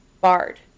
barred